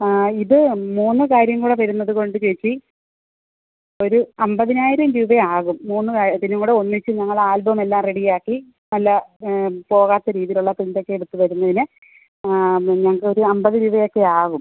ആ ഇത് മൂന്ന് കാര്യങ്ങൾ വരുന്നതുകൊണ്ട് ചേച്ചി ഒരു അമ്പതിനായിരം രൂപയാകും മൂന്ന് ഇതിനും കൂടി ഒന്നിച്ച് ഞങ്ങൾ ആൽബമെല്ലാം റെഡിയാക്കി നല്ല പോകാത്ത രീതിയിലുള്ള പ്രിൻ്റൊക്കെ എടുത്ത് വരുന്നതിന് അത് ഞങ്ങൾക്കൊരു അമ്പത് രൂപയൊക്കെയാകും